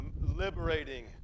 liberating